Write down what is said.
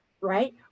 right